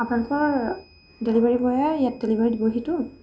আপোনালোকৰ ডেলিভাৰী বয়ে ইয়াত ডেলিভাৰী দিবহিতো